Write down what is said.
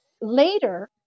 later